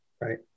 Right